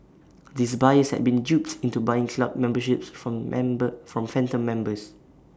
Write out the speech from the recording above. these buyers had been duped into buying club memberships from member from phantom members